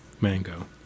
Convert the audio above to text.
mango